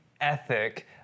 ethic